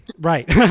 right